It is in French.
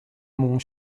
mont